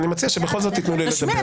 אני מציע שבכל זאת תתנו לי לדבר.